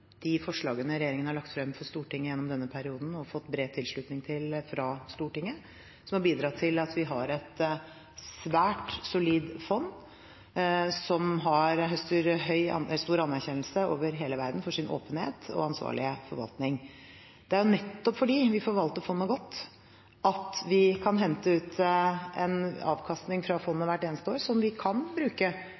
de forslagene regjeringen har lagt frem for Stortinget i denne perioden og fått bred tilslutning til fra Stortinget, som har bidratt til at vi har et svært solid fond, som høster stor anerkjennelse over hele verden for sin åpenhet og ansvarlige forvaltning. Det er nettopp fordi vi forvalter fondet godt, at vi kan hente ut en avkastning fra fondet hvert eneste år som vi kan bruke